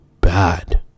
bad